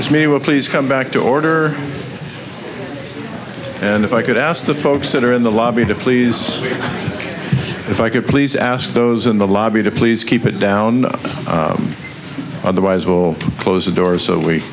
is may well please come back to order and if i could ask the folks that are in the lobby to please if i could please ask those in the lobby to please keep it down otherwise we'll close the doors so we